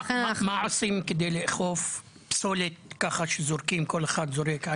מה עושים כדי לאכוף פסולת ככה שכל אחד זורק?